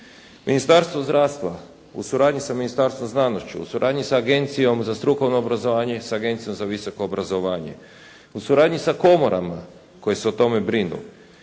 Ministarstvo zdravstva u suradnji sa Ministarstvom znanošću, u suradnji sa Agencijom za strukovno obrazovanje i s Agencijom za visoko obrazovanje u suradnji sa komorama koje se o tome brinu,